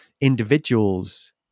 individuals